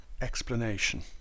explanation